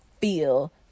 feel